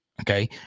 Okay